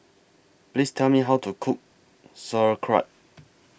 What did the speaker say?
Please Tell Me How to Cook Sauerkraut